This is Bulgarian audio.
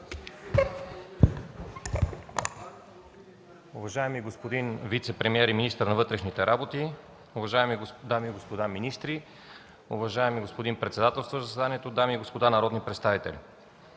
Уважаеми господин вицепремиер и министър на вътрешните работи, уважаеми дами и господа министри, уважаеми господин председателстващ Събранието, дами и господа народни представители!